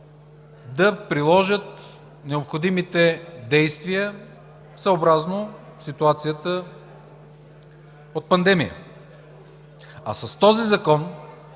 да приложат необходимите действия съобразно ситуацията от пандемия. А с този Закон